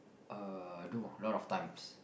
uh I do lot of times